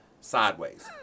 sideways